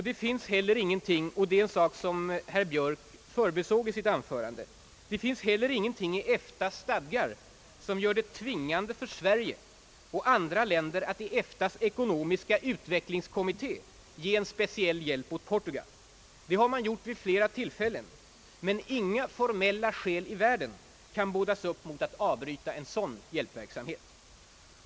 Det finns heller ingenting — och det är en sak som herr Björk förbisåg i sitt anförande — i EFTA:s stadgar som gör det tvingande för Sverige och andra länder att i EFTA:s ekonomiska utvecklingskommitté ge en speciell hjälp åt Portugal. Det har man gjort vid många tillfällen, men inga formella skäl i världen kan bådas upp mot att avbryta en sådan hjälpverksamhet.